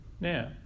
now